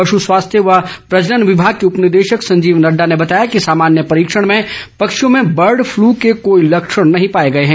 पश् स्वास्थ्य व प्रजनन विभाग के उपनिदेशक संजीव नड़डा ने बताया कि सामान्य परीक्षण में पक्षियों में बर्ड फलू के कोई लक्षण नहीं पाए गए हैं